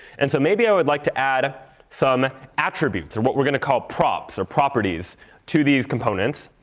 and so maybe i would like to add some attributes, or what we're going to call props or properties to these components.